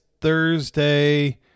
thursday